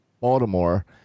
Baltimore